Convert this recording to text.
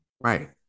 Right